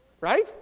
Right